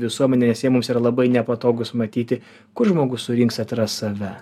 visuomenė nes jie mums yra labai nepatogūs matyti kur žmogus surinks atras save